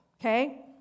okay